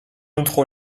autre